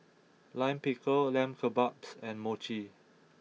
Lime Pickle Lamb Kebabs and Mochi